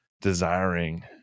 desiring